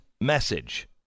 message